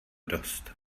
dost